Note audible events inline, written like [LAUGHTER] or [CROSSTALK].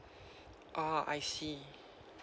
[BREATH] oh I see